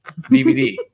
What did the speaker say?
DVD